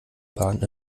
bahn